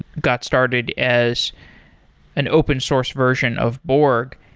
got started as an open source version of borg,